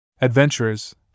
Adventurers